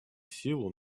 силу